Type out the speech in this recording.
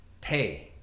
pay